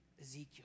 Ezekiel